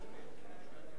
יש כאן ממשלה,